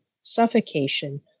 suffocation